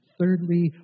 thirdly